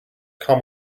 come